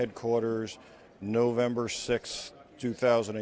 headquarters november sixth two thousand